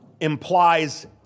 implies